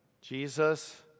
Jesus